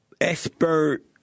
expert